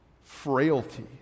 frailty